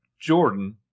Jordan